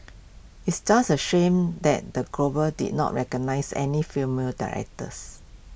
it's just A shame that the Globes did not recognise any female directors